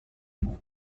deux